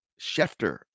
Schefter